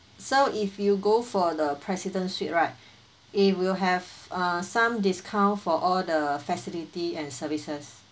so if you go for the president suite right it will have some discount for all the facility and services